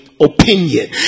Opinion